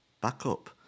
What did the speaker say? backup